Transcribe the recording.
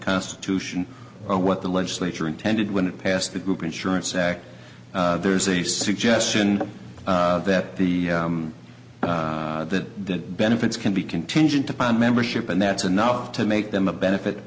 constitution or what the legislature intended when it passed the group insurance act there's a suggestion that the that benefits can be contingent upon membership and that's enough to make them a benefit